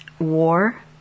war